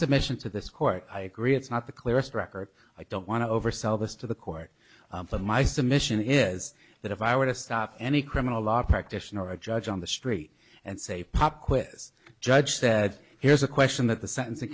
submission to this court i agree it's not the clearest record i don't want to oversell this to the court that my submission is that if i were to stop any criminal law practitioner or a judge on the street and say pop quiz judge said here's a question that the sen